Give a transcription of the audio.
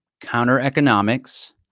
counter-economics